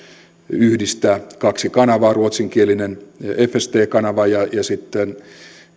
yhdistää kaksi kanavaa ruotsinkielinen fst kanava ja sitten